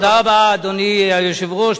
תודה רבה, אדוני היושב-ראש.